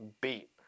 beat